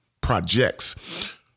projects